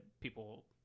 people